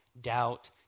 doubt